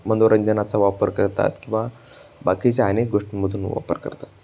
मनोरंजनाचा वापर करतात किंवा बाकीच्या अनेक गोष्टींमधून वापर करतात